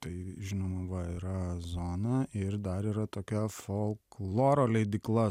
tai žinoma va yra zona ir dar yra tokia folkloro leidykla